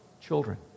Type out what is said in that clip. children